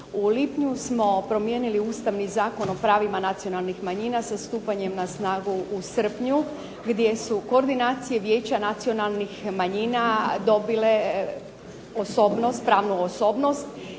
U lipnju smo promijenili ustavni Zakon o pravima nacionalnih manjina, sa stupanjem na snagu u srpnju, gdje su koordinacije Vijeća nacionalnih manjina dobile osobnost,